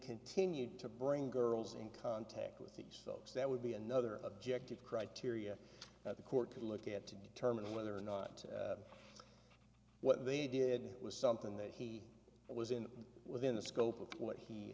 continued to bring girls in contact with these folks that would be another objective criteria that the court could look at to determine whether or not what they did was something that he was in within the scope of what he